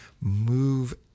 move